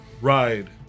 ride